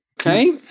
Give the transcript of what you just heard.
Okay